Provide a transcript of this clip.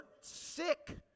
sick